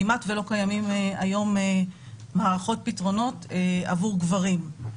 כמעט ולא קיימים היום מערכות ופתרונות עבור גברים.